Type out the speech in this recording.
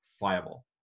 viable